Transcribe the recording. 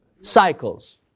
cycles